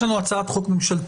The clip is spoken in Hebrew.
יש לנו הצעת חוק ממשלתית,